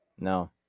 no